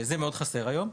זה מאוד חסר היום.